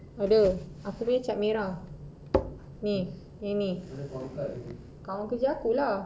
ada aku punya cap merah ni ini kawan kerja aku lah